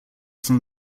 from